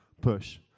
push